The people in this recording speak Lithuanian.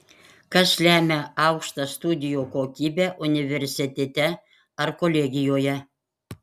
kas lemia aukštą studijų kokybę universitete ar kolegijoje